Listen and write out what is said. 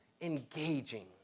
Engaging